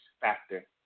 factor